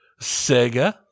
Sega